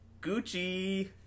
Gucci